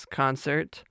concert